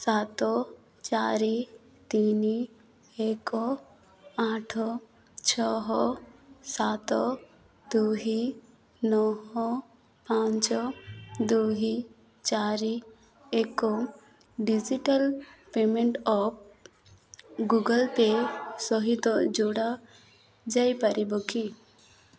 ସାତ ଚାରି ତିନି ଏକ ଆଠ ଛଅ ସାତ ଦୁଇ ନଅ ପାଞ୍ଚ ଦୁଇ ଚାରି ଏକ digital payment app Google Pay ସହିତ ଯୋଡ଼ା ଯାଇପାରିବ କି